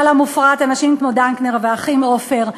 המופרט אנשים כמו דנקנר והאחים עופר.